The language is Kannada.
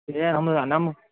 ಏಯ್ ನಮ್ದು ನಮ್ಮ